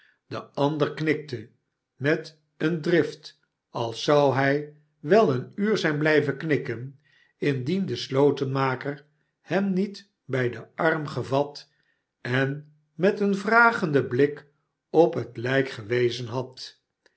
de ander knikfe met een drift als zou hij wel een uur zijn blijven knikken indien de slotenmaker hem niet bij den arm gevat en met een vragenden blik op het lijk gewezen had